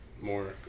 more